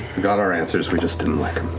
got our answers, we just didn't like em,